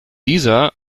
dieser